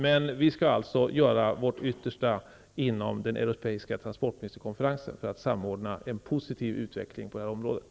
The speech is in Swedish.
Men vi skall göra vårt yttersta inom den europeiska transportministerkonferensen för att samordna en positiv utveckling på området.